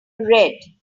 red